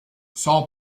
son